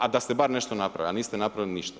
A da ste bar nešto napravili, a niste napravili ništa.